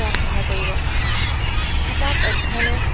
হোৱাত সহায় কৰিব কিতাপ অধ্যয়নে